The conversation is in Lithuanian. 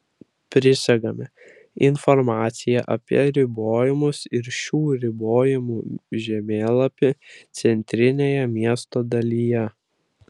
prisegame informaciją apie ribojimus ir šių ribojimų žemėlapį centrinėje miesto dalyje